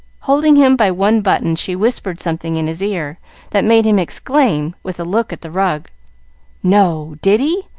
holding him by one button, she whispered something in his ear that made him exclaim, with a look at the rug no! did he?